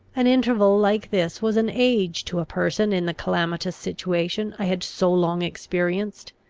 an interval like this was an age to a person in the calamitous situation i had so long experienced.